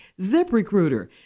ZipRecruiter